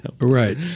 Right